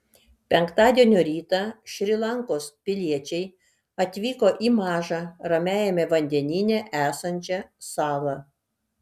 penktadienio rytą šri lankos piliečiai atvyko į mažą ramiajame vandenyne esančią salą